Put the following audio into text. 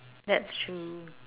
that's true